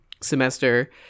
semester